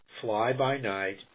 fly-by-night